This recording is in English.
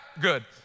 Good